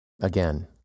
again